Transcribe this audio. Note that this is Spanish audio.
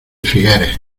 figueres